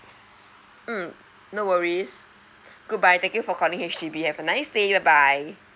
mm no worries goodbye thank you for calling H_D_B have a nice day bye bye